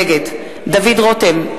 נגד דוד רותם,